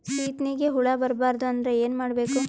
ಸೀತ್ನಿಗೆ ಹುಳ ಬರ್ಬಾರ್ದು ಅಂದ್ರ ಏನ್ ಮಾಡಬೇಕು?